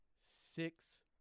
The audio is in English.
six